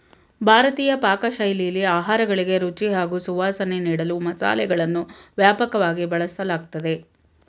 ಭಾರತೀಯ ಪಾಕಶೈಲಿಲಿ ಆಹಾರಗಳಿಗೆ ರುಚಿ ಹಾಗೂ ಸುವಾಸನೆ ನೀಡಲು ಮಸಾಲೆಗಳನ್ನು ವ್ಯಾಪಕವಾಗಿ ಬಳಸಲಾಗ್ತದೆ